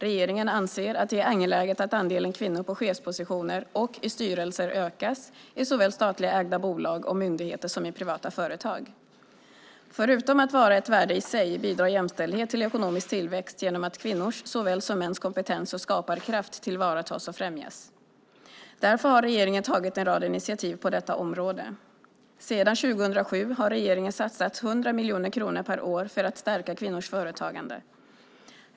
Regeringen anser att det är angeläget att andelen kvinnor på chefspositioner och i styrelser ökas i såväl statligt ägda bolag och myndigheter som privata företag. Förutom att vara ett värde i sig bidrar jämställdhet till ekonomisk tillväxt genom att kvinnors såväl som mäns kompetens och skaparkraft tillvaratas och främjas. Därför har regeringen tagit en rad initiativ på detta område. Sedan 2007 har regeringen satsat 100 miljoner kronor per år för att stärka kvinnors företagande.